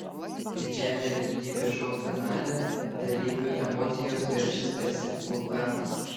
didžiajame realybės šou finale dalyvių emocijos veršis tarsi vulkanas